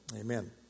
Amen